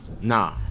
Nah